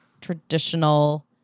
traditional